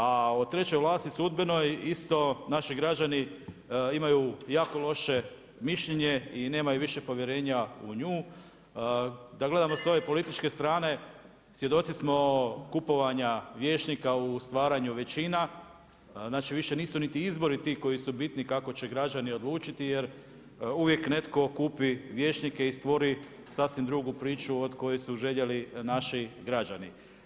A o trećoj vlasti sudbenoj, isto naši građani imaju jako loše mišljenje i nemaju više povjerenja u nju, da gledamo s ove političke strane, svjedoci smo kupovanja vijećnika u stvaranju većina, znači više nisu niti izbori koji su bitni kako će građani odlučiti jer uvijek netko kupi vijećnike i stvori sasvim drugu priče od koje su željeli naši građani.